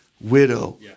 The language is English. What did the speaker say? widow